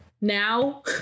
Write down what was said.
Now